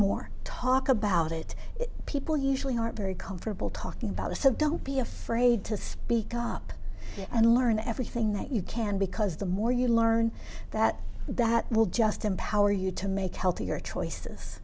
more talk about it people usually are very comfortable talking about acim don't be afraid to speak up and learn everything that you can because the more you learn that that will just empower you to make healthier choices